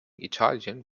italien